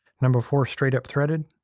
number four, straight up threaded.